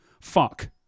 fuck